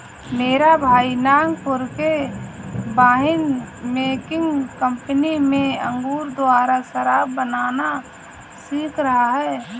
मेरा भाई नागपुर के वाइन मेकिंग कंपनी में अंगूर द्वारा शराब बनाना सीख रहा है